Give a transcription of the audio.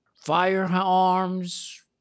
firearms